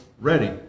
ready